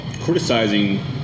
criticizing